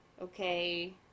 okay